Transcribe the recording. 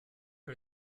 que